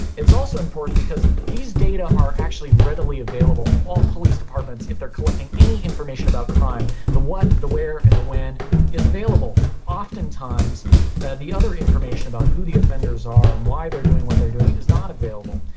it is also important because these data are actually readily available. all police departments, if they are collecting any information about crime, the what, the where and the when is available. oftentimes ah the other information about who the offenders are and why they are doing what they are doing is not available.